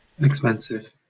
Expensive